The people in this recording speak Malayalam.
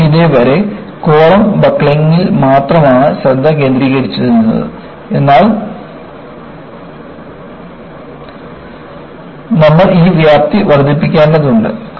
നമ്മൾ ഇതുവരെ കോളം ബക്കിളിംഗിൽ മാത്രമാണ് ശ്രദ്ധ കേന്ദ്രീകരിച്ചിരുന്നത് എന്നാൽ നമ്മൾ ഈ വ്യാപ്തി വർദ്ധിപ്പിക്കേണ്ടതുണ്ട്